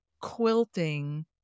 quilting